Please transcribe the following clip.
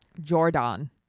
Jordan